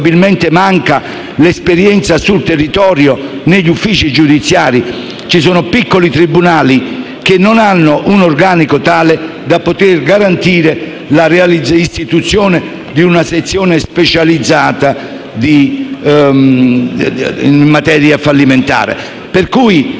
Probabilmente manca l'esperienza sul territorio negli uffici giudiziari; ci sono poi piccoli tribunali che non hanno un organico tale da poter garantire l'istituzione di una sezione specializzata in materia fallimentare.